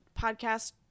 podcast